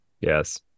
Yes